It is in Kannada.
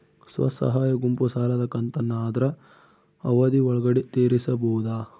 ಸ್ವಸಹಾಯ ಗುಂಪು ಸಾಲದ ಕಂತನ್ನ ಆದ್ರ ಅವಧಿ ಒಳ್ಗಡೆ ತೇರಿಸಬೋದ?